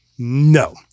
No